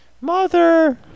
mother